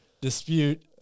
dispute